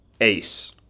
ace